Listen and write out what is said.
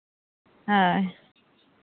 ᱦᱮᱸ